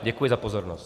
Děkuji za pozornost.